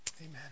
amen